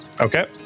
Okay